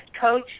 coach